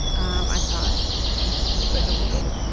um i saw it that's incredible. coming.